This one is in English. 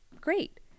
great